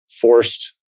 forced